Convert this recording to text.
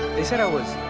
they said i was,